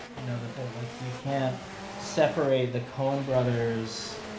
you know, that they're, like, you can't separate the coen brothers,